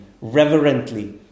reverently